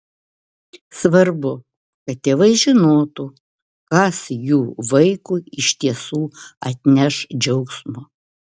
svarbu kad tėvai žinotų kas jų vaikui iš tiesų atneš džiaugsmo